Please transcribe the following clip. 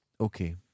Okay